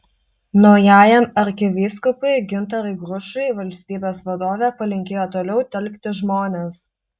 naujajam arkivyskupui gintarui grušui valstybės vadovė palinkėjo toliau telkti žmones